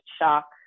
shock